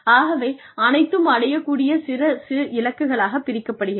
ஆகவே அனைத்தும் அடையக் கூடிய சிறு சிறு இலக்குகளாக பிரிக்கப்படுகிறது